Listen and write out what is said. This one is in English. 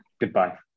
Goodbye